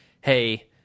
hey